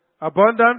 Abundant